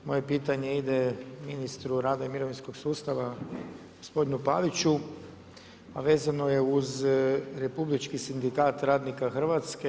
Moje pitanje ide ministru rada i mirovinskog sustava gospodinu Paviću a vezano je uz Republički sindikat radnika Hrvatske.